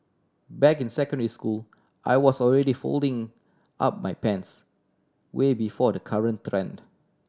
back in secondary school I was already folding up my pants way before the current trend